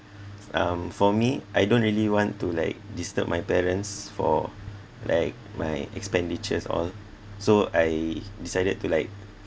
um for me I don't really want to like disturb my parents for like my expenditures all so I decided to like